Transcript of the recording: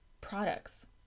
products